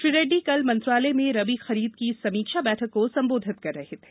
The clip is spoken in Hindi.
श्री रेड्डी कल मंत्रालय में रबी खरीद की समीक्षा बैठक को सम्बोधित कर रहे थे